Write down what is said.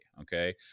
Okay